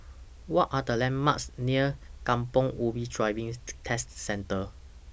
What Are The landmarks near Kampong Ubi Driving Test Centre